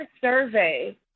survey